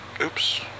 oops